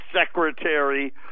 Secretary